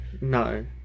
No